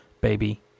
baby